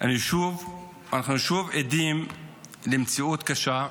אנחנו שוב עדים למציאות קשה,